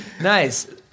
Nice